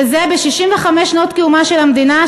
וזה ב-65 שנות קיומה של המדינה,